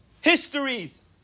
histories